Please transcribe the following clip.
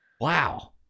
wow